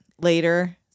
later